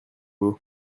beau